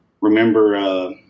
Remember